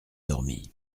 dormi